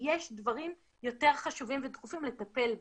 כשיש דברים יותר חשובים ודחופים לטפל בהם.